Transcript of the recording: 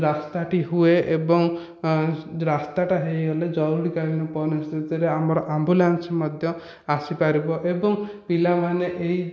ରାସ୍ତାଟି ହୁଏ ଏବଂ ରାସ୍ତାଟା ହୋଇଗଲେ ଜରୁରୀ କାଳୀନ ପରିସ୍ଥିତିରେ ଆମର ଆମ୍ବୁଲାନ୍ସ ମଧ୍ୟ ଆସିପାରିବ ଏବଂ ପିଲା ମାନେ ଏହି